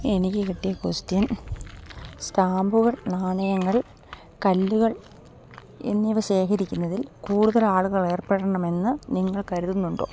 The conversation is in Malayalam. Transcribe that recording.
എനിക്ക് കിട്ടിയ ക്വസ്റ്റ്യൻ സ്റ്റാമ്പുകൾ നാണയങ്ങൾ കല്ലുകൾ എന്നിവ ശേഖരിക്കുന്നതിൽ കൂടുതൽ ആളുകൾ ഏർപ്പെടണമെന്ന് നിങ്ങൾ കരുതുന്നുണ്ടോ